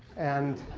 and